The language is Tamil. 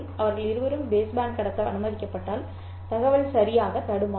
அவர்கள் இருவரும் பேஸ்பேண்ட் கடத்த அனுமதிக்கப்பட்டால் தகவல் சரியாகத் தடுமாறும்